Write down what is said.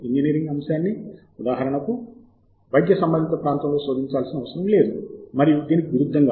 engineering అంశాన్ని ఉదాహరణకు వైద్యసంబందిత ప్రాంతంలో శోధించాల్సిన అవసరం లేదు మరియు దీనికి విరుద్ధంగా